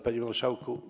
Panie Marszałku!